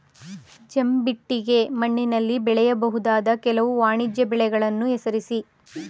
ಜಂಬಿಟ್ಟಿಗೆ ಮಣ್ಣಿನಲ್ಲಿ ಬೆಳೆಯಬಹುದಾದ ಕೆಲವು ವಾಣಿಜ್ಯ ಬೆಳೆಗಳನ್ನು ಹೆಸರಿಸಿ?